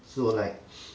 so like